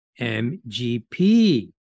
MGP